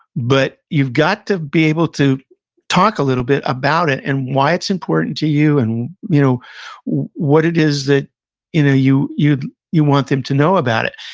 but, you've got to be able to talk a little bit about it and why it's important to you and you know what it is that you know you you want them to know about it.